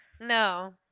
No